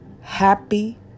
Happy